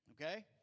Okay